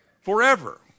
Forever